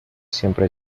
siempre